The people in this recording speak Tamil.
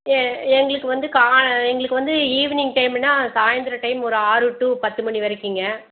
எங்களுக்கு வந்து கா எங்களுக்கு வந்து ஈவினிங் டைம்முன்னால் சாயந்தரம் டைம் ஒரு ஆறு டூ பத்து மணி வரைக்குங்க